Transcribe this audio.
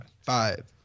Five